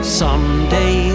someday